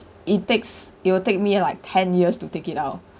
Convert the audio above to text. it takes it will take me like ten years to take it out